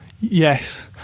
Yes